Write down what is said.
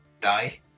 die